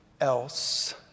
else